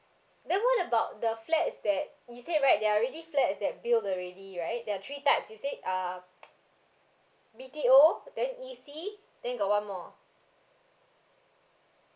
then what about the flats that you said right there are already flats that built already right there are three types you said uh B_T_O then E_C then got one more